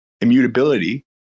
Immutability